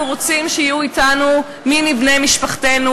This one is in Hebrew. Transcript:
אנחנו רוצים שיהיו אתנו מי מבני משפחתנו.